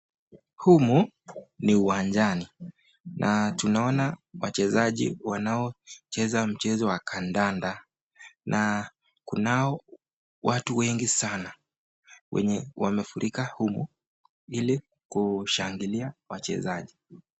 Humu ni uwanjani na tunaona wachezaji wanaocheza mchezo wa kandanda na kunao watu wengi sana wenye wamefurika humu hili kushangilia wachezaji.